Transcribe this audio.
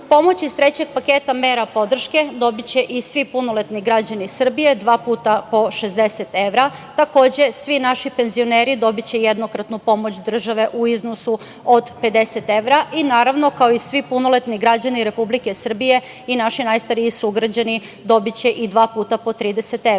rada. Pomoć iz trećeg paketa mera podrške dobiće i svi punoletni građani Srbije, dva puta po 60 evra, takođe svi naši penzioneri dobiće jednokratnu pomoć države u iznosu od 50 evra i naravno kao i svi punoletni građani Republike Srbije i naši najstariji sugrađani dobiće i dva puta po 30 evra.